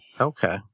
Okay